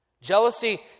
Jealousy